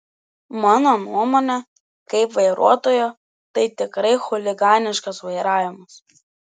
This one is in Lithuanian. mano nuomonė kaip vairuotojo tai tikrai chuliganiškas vairavimas